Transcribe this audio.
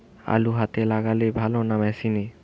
আলু হাতে লাগালে ভালো না মেশিনে?